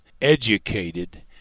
educated